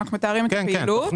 אנחנו מתארים את הפעילות,